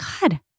God